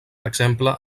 exemple